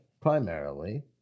primarily